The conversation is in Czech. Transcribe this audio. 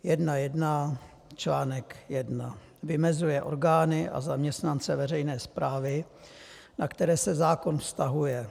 1.1. Článek 1 vymezuje orgány a zaměstnance veřejné správy, na které se zákon vztahuje .